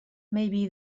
maybe